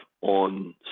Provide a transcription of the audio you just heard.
on